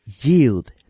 yield